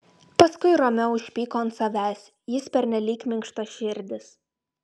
paskui romeo užpyko ant savęs jis pernelyg minkštaširdis